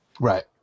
Right